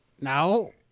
No